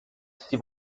sie